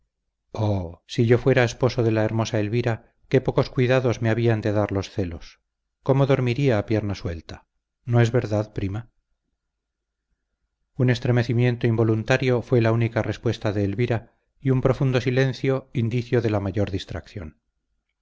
si yo fuera esposo de la hermosa elvira qué pocos cuidados me habían de dar los celos cómo dormiría a pierna suelta no es verdad prima un estremecimiento involuntario fue la única respuesta de elvira y un profundo silencio indicio de la mayor distracción